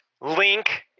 link